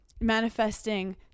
manifesting